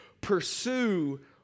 pursue